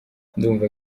ndumva